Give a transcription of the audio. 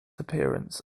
appearance